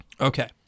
Okay